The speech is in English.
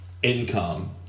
Income